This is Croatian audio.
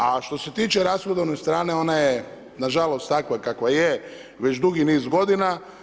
A što se tiče rashodovne strane, ona je nažalost takva kakva je već dugi niz godina.